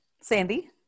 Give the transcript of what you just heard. Sandy